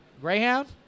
Greyhound